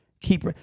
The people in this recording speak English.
keep